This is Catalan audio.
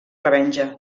revenja